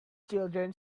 children